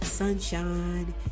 sunshine